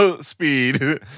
speed